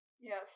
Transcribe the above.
Yes